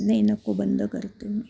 नाही नको बंद करा तुम्ही